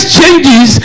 changes